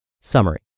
Summary